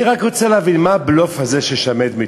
אני רק רוצה להבין, מה הבלוף הזה של שמנת מתוקה?